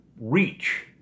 reach